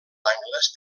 angles